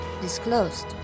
disclosed